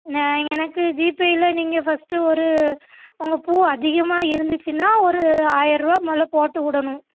எனக்கு ஜிபேயில் நீங்கள் ஃபஸ்ட்டு ஒரு உங்கள் பூ அதிகமாக இருந்துச்சுன்னா ஒரு ஆயிரம் ரூபா முதல்ல போட்டு விடணும்